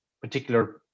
particular